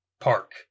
park